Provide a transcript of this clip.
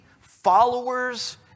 followers